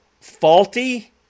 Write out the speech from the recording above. faulty